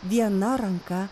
viena ranka